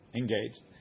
engaged